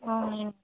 ఆ